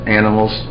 animals